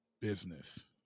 business